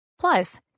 Plus